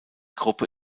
gruppe